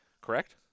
correct